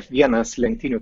vienas lenktynių